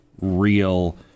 real